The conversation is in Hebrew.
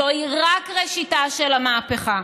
זוהי רק ראשיתה של המהפכה,